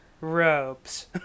ropes